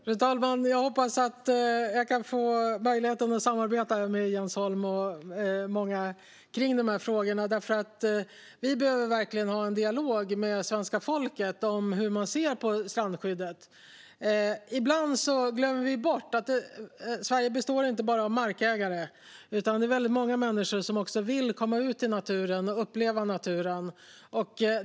Fru talman! Jag hoppas att jag kan få möjlighet att samarbeta med Jens Holm och många andra kring de här frågorna. Vi behöver verkligen ha en dialog med svenska folket om hur man ser på strandskyddet. Ibland glömmer vi bort att Sverige inte bara består av markägare, utan det finns också väldigt många människor som vill komma ut i naturen och uppleva naturen.